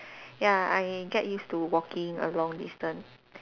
ya I get used to walking a long distance